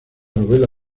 novela